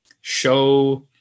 show